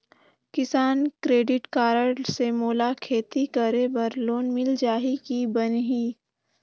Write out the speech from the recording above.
किसान credit card से मोला खेती करे बर लोन मिल जाहि की बनही??